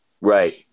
Right